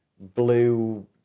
blue